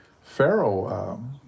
Pharaoh